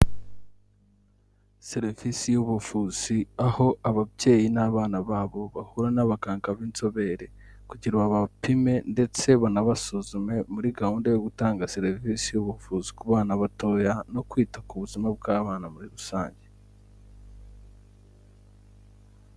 Serivisi y'ubuvuzi, aho ababyeyi n'abana babo bahura n'abaganga b'inzobere, kugira babapime ndetse banabasuzume muri gahunda yo gutanga serivisi y'ubuvuzi, ku bana batoya no kwita ku buzima bw'abana muri rusange.